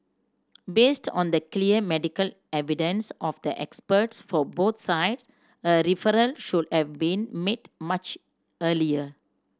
based on the clear medical evidence of the experts for both sides a referral should have been made much earlier